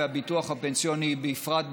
והביטוח הפנסיוני בפרט,